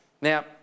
Now